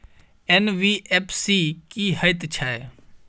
NBFC की हएत छै?